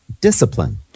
discipline